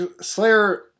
Slayer